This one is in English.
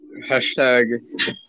Hashtag